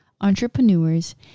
entrepreneurs